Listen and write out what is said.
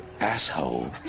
asshole